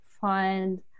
find